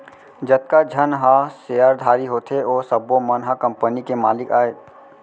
जतका झन ह सेयरधारी होथे ओ सब्बो मन ह कंपनी के मालिक अय